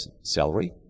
salary